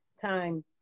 Time